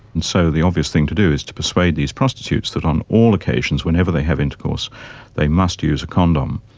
and so the obvious thing to do is to persuade these prostitutes that on all occasions whenever they have intercourse they must use a condom.